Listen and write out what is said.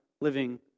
living